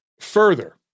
Further